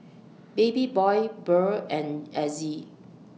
Babyboy Beryl and Azzie